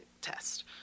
test